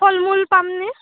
ফল মূল পামনে